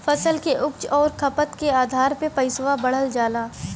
फसल के उपज आउर खपत के आधार पे पइसवा बढ़ जाला